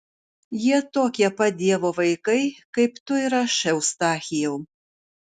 jie tokie pat dievo vaikai kaip tu ir aš eustachijau